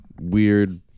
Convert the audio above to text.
weird